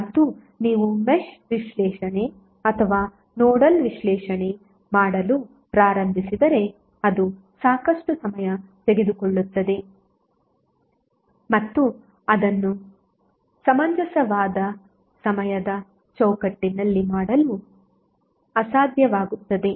ಮತ್ತು ನೀವು ಮೆಶ್ ವಿಶ್ಲೇಷಣೆ ಅಥವಾ ನೋಡಲ್ ವಿಶ್ಲೇಷಣೆ ಮಾಡಲು ಪ್ರಾರಂಭಿಸಿದರೆ ಅದು ಸಾಕಷ್ಟು ಸಮಯ ತೆಗೆದುಕೊಳ್ಳುತ್ತದೆ ಮತ್ತು ಅದನ್ನು ಸಮಂಜಸವಾದ ಸಮಯದ ಚೌಕಟ್ಟಿನಲ್ಲಿ ಮಾಡಲು ಅಸಾಧ್ಯವಾಗುತ್ತದೆ